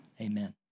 amen